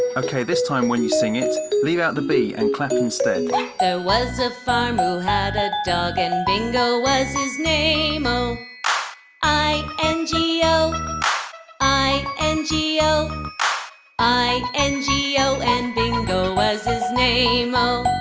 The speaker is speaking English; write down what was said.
okay, this time when you sing it, leave out the b and clap instead. there was a farmer who had a dog and bingo was his name-o i n g o i n g o i n g o and bingo was his name-o